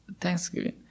Thanksgiving